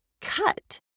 cut